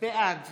בעד